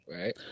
Right